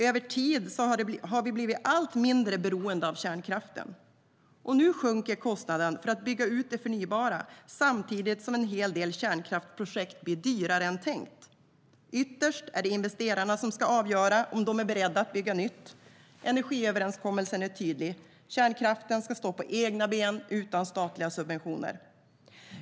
Över tid har vi blivit allt mindre beroende av kärnkraften. Nu sjunker kostnaden för att bygga ut det förnybara, samtidigt som en hel del kärnkraftsprojekt blir dyrare än tänkt. Ytterst är det investerarna som ska avgöra om de är beredda att bygga nytt. Energiöverenskommelsen är tydlig - kärnkraften ska stå på egna ben utan statliga subventioner.